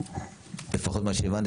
לפחות מה שהבנתי,